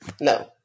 no